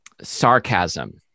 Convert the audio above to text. Sarcasm